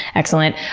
excellent!